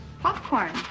popcorn